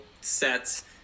sets